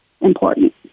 important